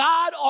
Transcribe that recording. God